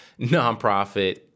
nonprofit